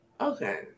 Okay